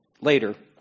later